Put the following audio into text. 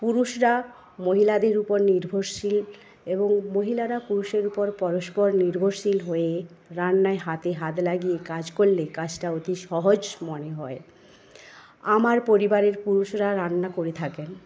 পুরুষরা মহিলাদের ওপর নির্ভরশীল এবং মহিলারা পুরুষের ওপর পরস্পর নির্ভরশীল হয়ে রান্না হাতে হাত লাগিয়ে কাজ করলে কাজটা অতি সহজ মনে হয় আমার পরিবারে পুরুষরাও রান্না করে থাকেন